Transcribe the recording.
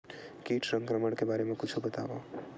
कीट संक्रमण के बारे म कुछु बतावव?